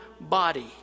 body